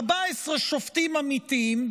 14 שופטים עמיתים,